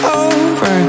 over